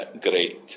great